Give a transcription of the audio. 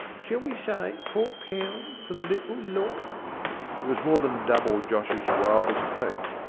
shall we say four pound for the little lot it was more than double josh's wildest hopes,